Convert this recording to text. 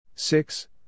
Six